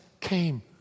came